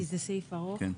כי זה סעיף ארוך.